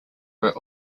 were